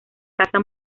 casa